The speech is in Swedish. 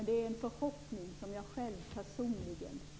Det är en förhoppning som jag själv personligen när.